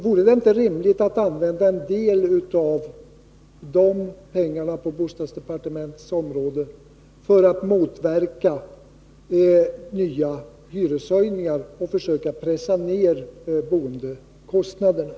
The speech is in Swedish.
Vore det inte rimligt att använda en del av de pengarna på bostadsdepartementets område för att motverka nya hyreshöjningar och för att försöka pressa ner boendekostnaderna?